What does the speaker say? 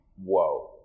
whoa